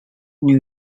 new